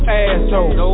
asshole